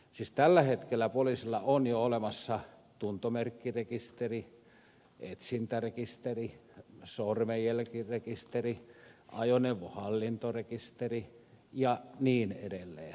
siis tällä hetkellä poliisilla on jo olemassa tuntomerkkirekisteri etsintärekisteri sormenjälkirekisteri ajoneuvohallintorekisteri ja niin edelleen